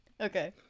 Okay